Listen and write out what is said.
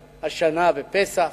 לפסח.